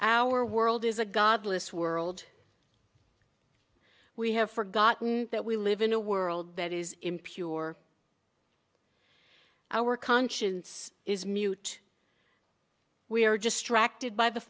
our world is a godless world we have forgotten that we live in a world that is impure our conscience is mute we are just racked it by the